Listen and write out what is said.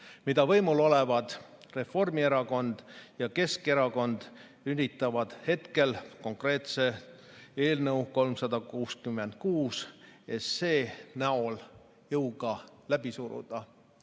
mida võimul olevad Reformierakond ja Keskerakond üritavad hetkel konkreetse eelnõu 366 abil jõuga läbi suruda.